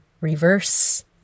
reverse